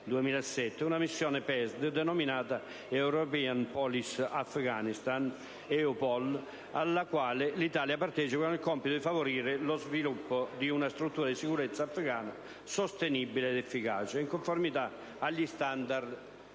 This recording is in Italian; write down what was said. una missione PESD denominata *European Police Afghanistan* (EUPOL Afghanistan) alla quale l'Italia partecipa con il compito di favorire lo sviluppo di una struttura di sicurezza afgana sostenibile ed efficace, in conformità agli standard